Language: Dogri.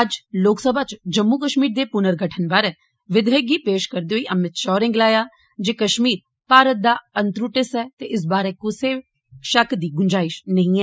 अज्ज लोकसभा च जम्मू कष्मीर दे पुर्नगठन बारे विधेयक गी पेष करदे होई अमित षाह होरें गलाया जे कष्मीर भारत दा अन्नत्रुट्ट हिस्सा ऐ ते इस बारे कुसै षक्क दी गुंजाइष नेई ऐ